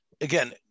again